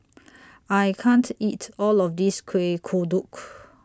I can't eat All of This Kueh Kodok